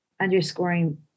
underscoring